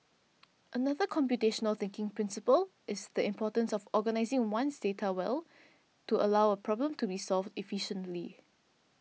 another computational thinking principle is the importance of organising one's data well to allow a problem to be solved efficiently